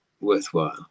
worthwhile